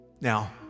Now